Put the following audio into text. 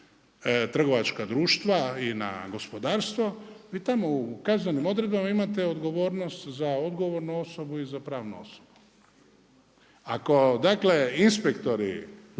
na trgovačka društva i na gospodarstvo. Vi tamo u kaznenim odredbama imate odgovornost za odgovornu osobu i za pravnu osobu. Ako dakle, inspektori